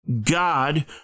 God